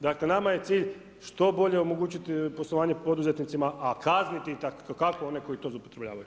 Dakle nama je cilj što bolje omogućiti poslovanje poduzetnicima a kazniti itekako one koji to zloupotrebljavaju.